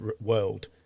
world